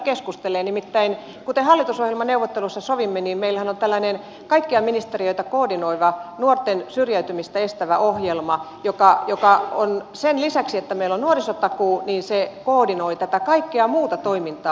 nimittäin kuten hallitusohjelmaneuvotteluissa sovimme meillähän on tällainen kaikkia ministeriöitä koordinoiva nuorten syrjäytymistä estävä ohjelma joka sen lisäksi että meillä on nuorisotakuu koordinoi tätä kaikkea muuta toimintaa